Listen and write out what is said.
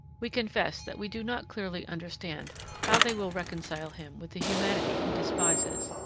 we confess that we do not clearly understand how they will reconcile him with the humanity he despises,